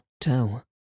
tell